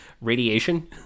radiation